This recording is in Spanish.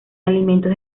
alimentos